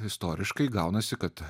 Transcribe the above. istoriškai gaunasi kad